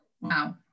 wow